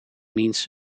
means